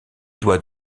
doit